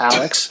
Alex